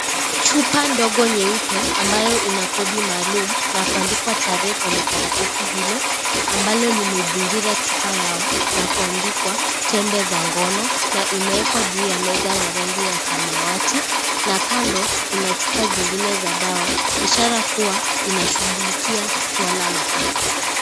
Chupa ndogo nyeupe ambayo ina kodi maalum na kuandikwa tarehe kwenye karatasi hilo ambalo limezingira chupa yao na kuandikwa tembe za ngono na imeekwa juu ya meza ya rangi ya samawati na kando kuna chupa nzingine za dawa, ishara kuwa inashughulikia swala la afya.